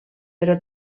però